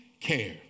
care